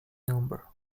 number